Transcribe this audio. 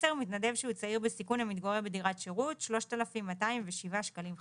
מתנדב שהוא צעיר בסיכון המתגורר בדירת שירות - 3,207 שקלים חדשים.